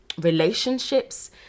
relationships